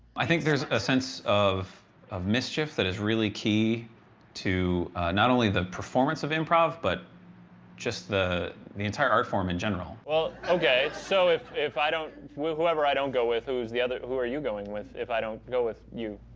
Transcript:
i think there's a sense of of mischief that is really key to not only the performance of improv, but just the the entire art form in general. okay, so if if i don't, whoever i don't go with, who's the other, who are you going with, if i don't go with you?